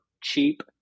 cheap